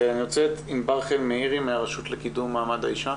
ענבר חן מאירי מהרשות לקידום מעמד האשה